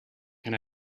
can